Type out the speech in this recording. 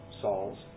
Saul's